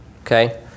Okay